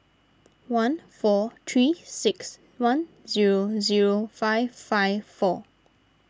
one four three six one zero zero five five four